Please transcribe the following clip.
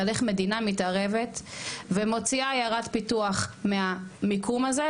על איך מדינה מתערבת ומוציאה עיירת פיתוח מהמיקום הזה,